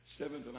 seventh